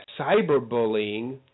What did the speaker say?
cyberbullying